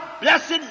blessed